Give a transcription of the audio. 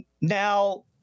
now